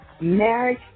marriage